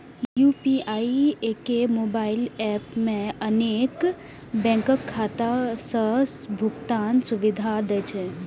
UPI एके mobile app मे अनेक बैंकक खाता सं भुगतान सुविधा दै छै